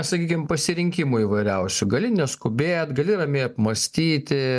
sakykim pasirinkimų įvairiausių gali neskubėt gali ramiai apmąstyti